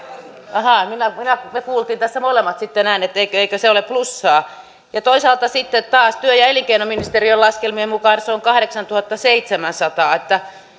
ahaa me kuulimme tässä molemmat sitten näin että eikö se ole plussaa ja toisaalta sitten taas työ ja elinkei noministeriön laskelmien mukaan se on kahdeksantuhattaseitsemänsataa niin että